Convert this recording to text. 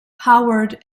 howard